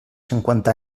cinquanta